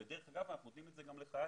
ודרך אגב אנחנו נותנים את זה גם לחייל